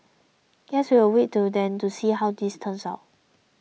guess we'll wait till then to see how this turns out